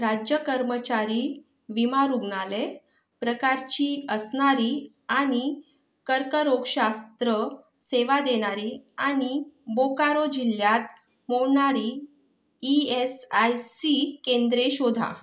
राज्य कर्मचारी विमा रूग्णालय प्रकारची असणारी आणि कर्करोगशास्त्र सेवा देणारी आणि बोकारो जिल्ल्यात मोडणारी ई एस आय सी केंद्रे शोधा